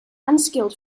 unskilled